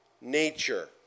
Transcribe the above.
nature